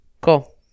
Cool